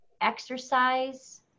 Exercise